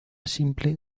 simple